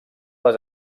les